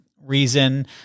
reason